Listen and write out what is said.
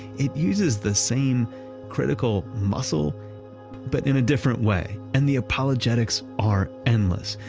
it uses the same critical muscle but in a different way and the apologetics are endless.